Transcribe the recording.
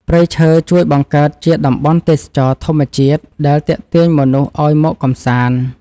ព្រៃឈើជួយបង្កើតជាតំបន់ទេសចរណ៍ធម្មជាតិដែលទាក់ទាញមនុស្សឱ្យមកកម្សាន្ត។